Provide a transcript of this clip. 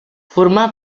formà